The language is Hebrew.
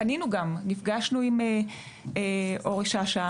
נפגשנו עם אורי שאשא.